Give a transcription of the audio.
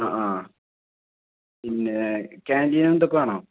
ആ ആ പിന്നെ കാന്റീൻ അതൊക്കെ വേണോ